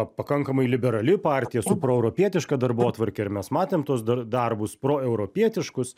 pakankamai liberali partija su proeuropietiška darbotvarke ir mes matėm tuos dar darbus pro europietiškus